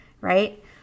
right